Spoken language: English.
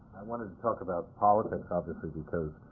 i wanted to talk about politics, obviously, because